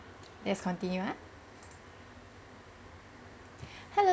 yes continue ah hello~